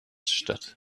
statt